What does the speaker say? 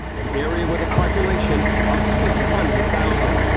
an area with a population of six hundred thousand.